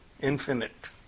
infinite